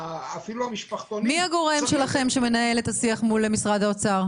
משפחתונים --- מי הנציג שלכם מול משרד האוצר?